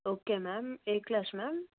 okay ma'am ఏ class ma'am